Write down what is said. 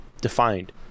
defined